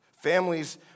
Families